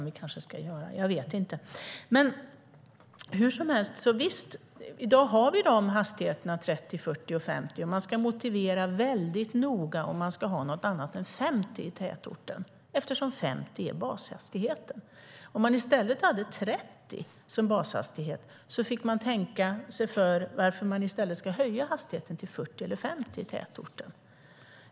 I dag har vi hastighetsgränserna 30, 40 och 50, och man ska motivera väldigt noga om man ska ha något annat än 50 i tätort eftersom 50 är bashastigheten. Om man i stället hade 30 som bashastighet i tätort skulle man behöva motivera varför man i stället ska höja hastigheten till 40 eller 50.